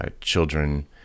children